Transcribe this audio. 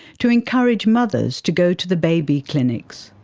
to encourage mothers to go to the baby clinics.